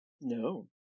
No